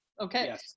Okay